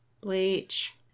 Bleach